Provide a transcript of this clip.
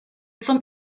zum